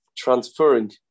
transferring